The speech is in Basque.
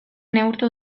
neurtu